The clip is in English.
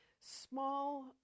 small